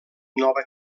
nova